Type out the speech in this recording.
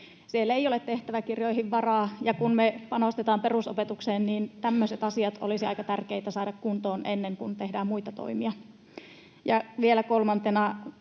siellä ei ole tehtäväkirjoihin varaa? Kun me panostetaan perusopetukseen, niin tämmöiset asiat olisi aika tärkeätä saada kuntoon ennen kuin tehdään muita toimia. Ja vielä kolmantena: